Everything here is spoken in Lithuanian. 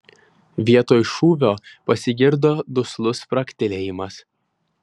vietoj šūvio pasigirdo duslus spragtelėjimas